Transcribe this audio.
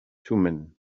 thummim